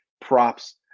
props